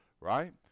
right